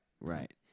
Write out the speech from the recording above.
Right